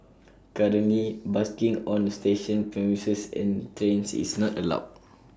currently busking on station premises and trains is not allowed